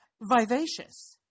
vivacious